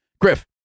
Griff